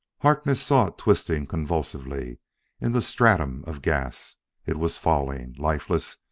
harkness saw it twisting convulsively in the stratum of gas it was falling, lifeless,